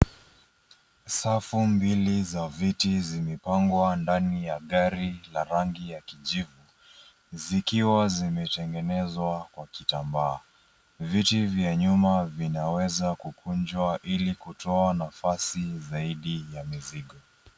Safu mbili za viti zimepangwa ndani ya gari la rangi ya kijivu zikiwa zimetengenezwa kwa kitambaa. Viti vya nyuma vinaweza kukunjwa ili kutoa nafasi zaidi ya mizigo.